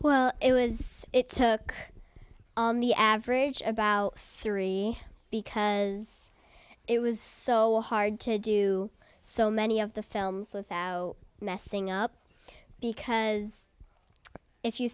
well it was it took on the average about three because it was so hard to do so many of the films without messing up because if you